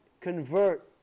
convert